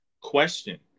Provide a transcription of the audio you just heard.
Question